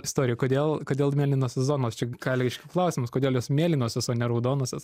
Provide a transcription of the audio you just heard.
istorija kodėl kodėl mėlynosios zonos čia ką reiškia klausimas kodėl jos mėlynosios o ne raudonosios